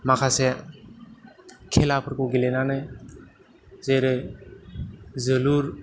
माखासे खेलाफोरखौ गेलेनानै जेरै जोलुर